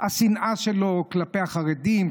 השנאה שלו כלפי החרדים,